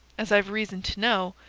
as i've reason to know,